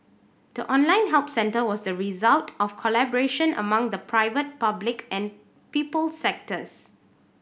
the online help centre was the result of collaboration among the private public and people sectors